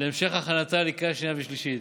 להמשך הכנתה לקריאה שנייה ושלישית.